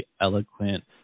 eloquent